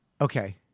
Okay